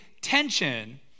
tension